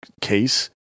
case